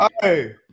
Hey